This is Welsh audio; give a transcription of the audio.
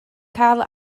cael